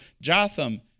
Jotham